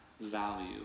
value